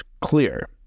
clear